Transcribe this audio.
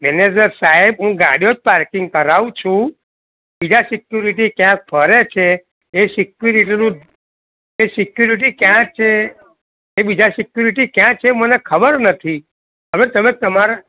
manager સાહેબ હું ગાડીઓ જ પાર્કિંગ કરાવું છું બીજા સિક્યુરિટી ક્યાંક ફરે છે એ સિક્યુરિટીનું એ સિક્યુરિટી કયા છે બીજા સિક્યુરિટી કયા છે એ મને ખબર નથી હવે તમે તમારા